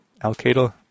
Al-Qaeda